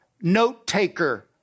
note-taker